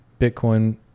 Bitcoin